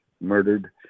murdered